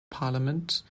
parliament